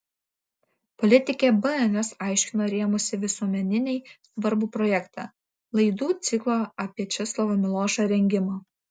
politikė bns aiškino rėmusi visuomeninei svarbų projektą laidų ciklo apie česlovą milošą rengimą